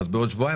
נראה.